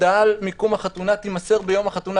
"הודעה על מיקום החתונה תימסר ביום החתונה",